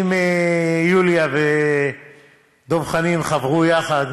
אם יוליה ודב חנין חברו יחד,